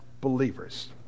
believers